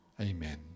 Amen